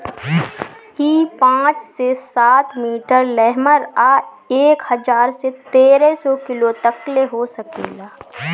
इ पाँच से सात मीटर लमहर आ एक हजार से तेरे सौ किलो तकले हो सकेला